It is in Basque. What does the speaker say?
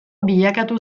bilakatu